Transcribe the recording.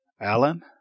Alan